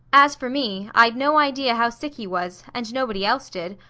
as for me, i'd no idea how sick he was, and nobody else did.